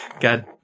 God